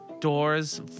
doors